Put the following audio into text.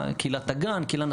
כי הוועדה הזאת